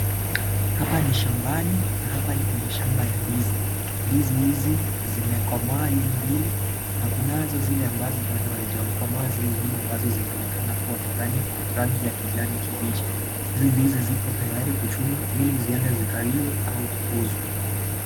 Hapa ni shambani na hapa ni kwenye shamba ya ndizi. Ndizi hizi zimekomaa, hizi mbili, na kunazo zile ambazo, bado hazijakomaa, zile nyuma ambazo zinaonekana kuwa na rangi ya kijani kibichi. Hizi ndizi zipo tayari kuchumwa ili ziende zikaliwe au kuuzwa.